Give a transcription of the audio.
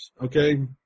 okay